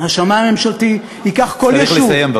השמאי הממשלתי ייקח כל יישוב, צריך לסיים.